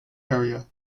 area